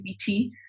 CBT